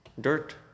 Dirt